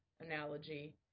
analogy